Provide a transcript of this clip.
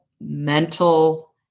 mental